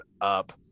up